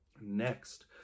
Next